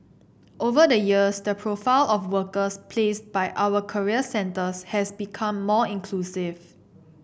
over the years the profile of workers placed by our career centres has become more inclusive